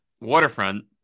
waterfront